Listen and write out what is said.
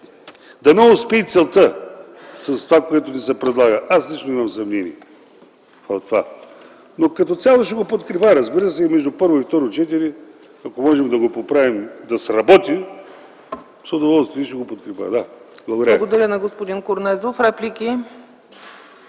Дано успее целта с това, което ни се предлага. Аз лично имам съмнение, но като цяло ще го подкрепя. Между първо и второ четене, ако можем да го поправим да сработи, с удоволствие ще го подкрепя. Благодаря